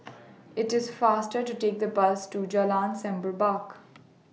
IT IS faster to Take The Bus to Jalan Semerbak